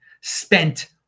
spent